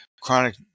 chronic